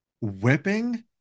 whipping